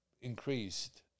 increased